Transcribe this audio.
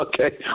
Okay